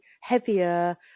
heavier